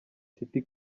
city